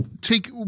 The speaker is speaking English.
take